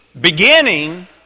beginning